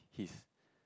his